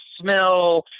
smell